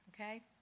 okay